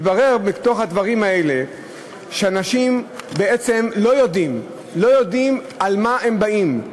מתברר מתוך הדברים האלה שאנשים בעצם לא יודעים על מה הם באים.